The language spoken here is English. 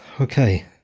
Okay